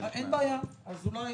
אין בעיה, אז אולי